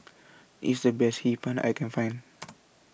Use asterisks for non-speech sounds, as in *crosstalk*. IS The Best Hee Pan I Can Find *noise*